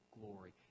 glory